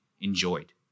enjoyed